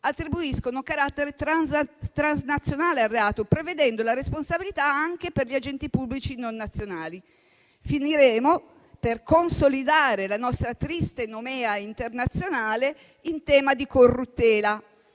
attribuiscono carattere transnazionale al reato, prevedendo la responsabilità anche per gli agenti pubblici non nazionali. Finiremo per consolidare la nostra triste nomea internazionale in tema di corruttela